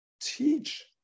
Teach